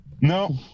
No